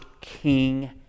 king